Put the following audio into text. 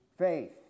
faith